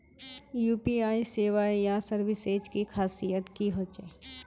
UPI सेवाएँ या services की खासियत की होचे?